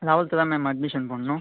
eleventh தான் ma'am admission போடணும்